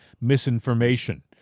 misinformation